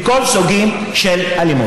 או כל סוג של אלימות.